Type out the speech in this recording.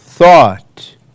thought